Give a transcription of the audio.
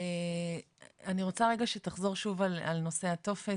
אני רוצה רגע שתחזור שוב על נושא הטופס,